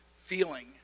feeling